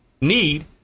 need